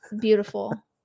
Beautiful